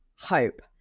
hope